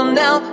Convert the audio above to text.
now